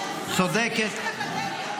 אנשי אקדמיה.